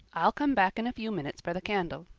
i'll come back in a few minutes for the candle.